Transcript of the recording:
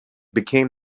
became